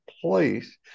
place